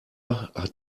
hat